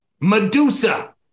Medusa